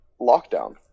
lockdown